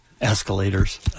Escalators